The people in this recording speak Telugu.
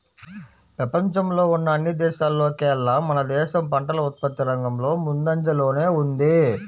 పెపంచంలో ఉన్న అన్ని దేశాల్లోకేల్లా మన దేశం పంటల ఉత్పత్తి రంగంలో ముందంజలోనే ఉంది